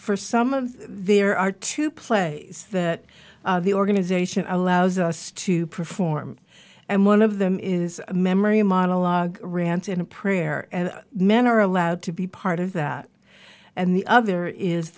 for some of there are to play that the organization allows us to perform and one of them is a memory monologue rance in a prayer and men are allowed to be part of that and the other is